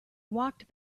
walked